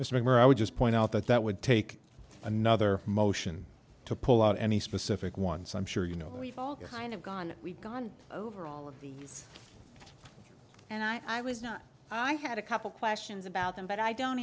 moment i would just point out that that would take another motion to pull out any specific ones i'm sure you know we've all kind of gone we've gone over all of these and i was not i had a couple questions about them but i don't